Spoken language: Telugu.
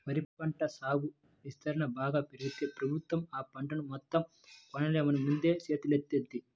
వరి పంట సాగు విస్తీర్ణం బాగా పెరిగితే ప్రభుత్వం ఆ పంటను మొత్తం కొనలేమని ముందే చేతులెత్తేత్తంది